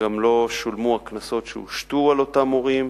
גם לא שולמו הקנסות שהושתו על אותם הורים,